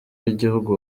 w’igihugu